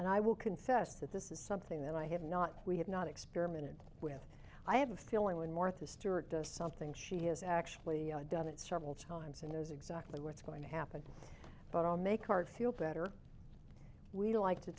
and i will confess that this is something that i have not we have not experimented with i have a feeling when martha stewart does something she has actually done it several times and knows exactly what's going to happen but i'll make heart feel better we like to